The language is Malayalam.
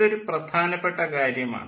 ഇതൊരു പ്രധാനപ്പെട്ട കാര്യമാണ്